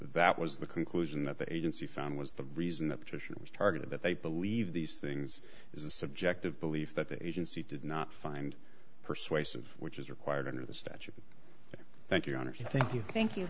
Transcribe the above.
that was the conclusion that the agency found was the reason the petition was targeted that they believe these things is a subjective belief that the agency did not find persuasive which is required under the statute thank you energy thank you thank you